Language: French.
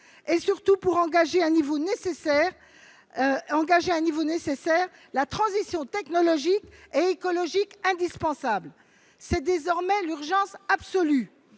et, surtout, pour engager autant qu'il est nécessaire la transition technologique et écologique indispensable. Or c'est désormais l'urgence absolue